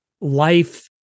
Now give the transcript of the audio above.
Life